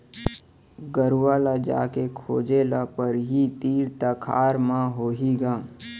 गरूवा ल जाके खोजे ल परही, तीर तखार म होही ग